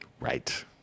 right